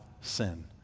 sin